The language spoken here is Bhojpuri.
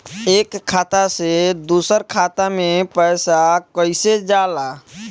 एक खाता से दूसर खाता मे पैसा कईसे जाला?